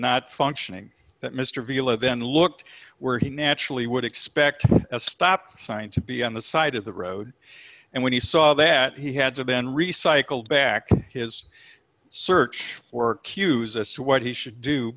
not functioning that mr below then looked where he naturally would expect a stop sign to be on the side of the road and when he saw that he had been recycled back in his search for cues as to what he should do